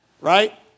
Right